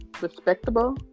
respectable